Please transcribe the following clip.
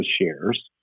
shares